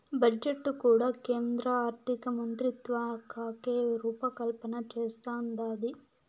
budget కూడా కేంద్ర ఆర్థికమంత్రిత్వకాకే రూపకల్పన చేస్తందాది